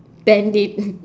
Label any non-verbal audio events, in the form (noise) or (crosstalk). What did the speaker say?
pandit (laughs)